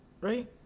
right